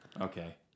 Okay